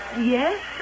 yes